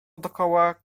dokoła